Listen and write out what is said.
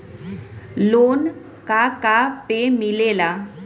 Loan का का पे मिलेला?